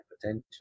potential